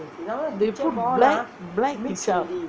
they put black black kicap